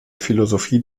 philosophie